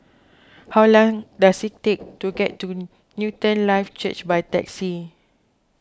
how long does it take to get to Newton Life Church by taxi